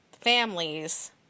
families